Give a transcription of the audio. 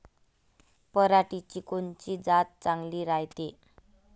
पऱ्हाटीची कोनची जात चांगली रायते?